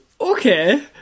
Okay